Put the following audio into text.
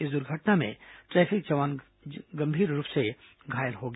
इस दुर्घटना में ट्रैफिक जवान गंभीर रूप से घायल हो गया